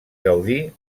gaudí